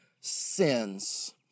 sins